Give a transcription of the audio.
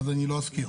אז אני לא אזכיר.